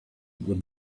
with